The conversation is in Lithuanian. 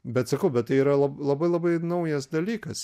bet sakau bet tai yra lab labai labai naujas dalykas